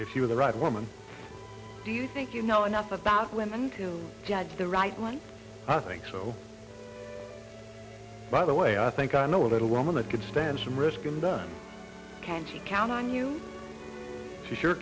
if you were the right woman do you think you know enough about women to judge the right one i think so by the way i think i know a little woman that could stand some risk in the county count on you